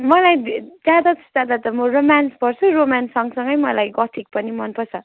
मलाई धे ज्यादा से ज्यादा त म रोम्यान्स पढ्छु रोम्यान्ससँगसँगै मलाई गथिक पनि मन पर्छ